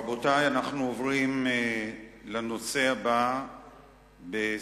רבותי, אנחנו עוברים לנושא הבא בסדר-היום: